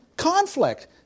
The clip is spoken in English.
conflict